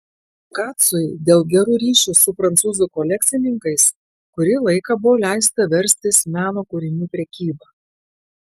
kacui dėl gerų ryšių su prancūzų kolekcininkais kurį laiką buvo leista verstis meno kūrinių prekyba